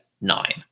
nine